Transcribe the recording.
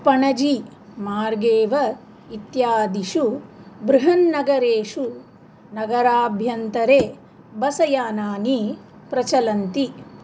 पणजी मार्गे एव इत्यादिषु बृहन्नगरेषु नगराभ्यन्तरे बस् यानानि प्रचलन्ति